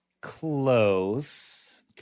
close